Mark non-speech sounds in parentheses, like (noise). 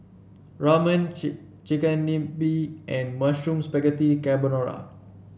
Ramen (unintelligible) Chigenabe and Mushroom Spaghetti Carbonara